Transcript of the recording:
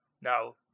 now